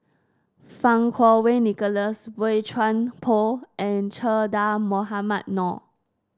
Fang Kuo Wei Nicholas Boey Chuan Poh and Che Dah Mohamed Noor